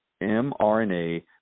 mRNA